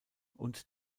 und